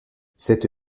cette